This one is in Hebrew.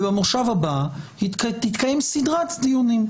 ובמושב הבא תתקיים סדרת דיונים,